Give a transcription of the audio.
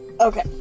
Okay